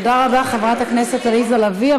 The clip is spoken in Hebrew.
תודה רבה, חברת הכנסת עליזה לביא.